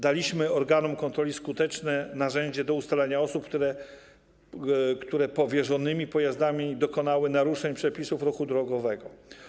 Daliśmy organom kontroli skuteczne narzędzie do ustalania osób, które powierzonymi pojazdami dokonały naruszeń przepisów ruchu drogowego.